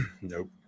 Nope